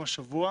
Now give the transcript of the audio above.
לוסי חדידה